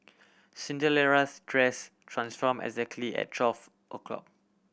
Cinderella's dress transform exactly at twelve o'clock